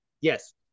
Yes